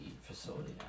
facility